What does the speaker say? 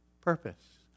purpose